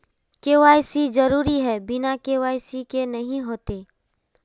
KYC जरुरी है बिना के.वाई.सी के नहीं होते?